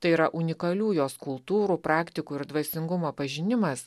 tai yra unikalių jos kultūrų praktikų ir dvasingumo pažinimas